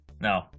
No